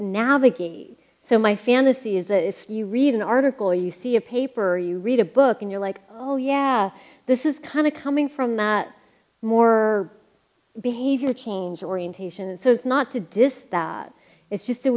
navigate so my fantasy is that if you read an article you see a paper you read a book and you're like oh yeah this is kind of coming from that more behavior change orientation and so as not to diss that it's just